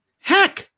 Heck